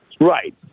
Right